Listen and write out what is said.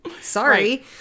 sorry